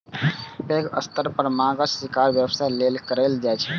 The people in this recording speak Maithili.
पैघ स्तर पर माछक शिकार व्यवसाय लेल कैल जाइ छै